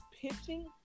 pitching